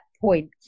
point